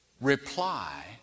Reply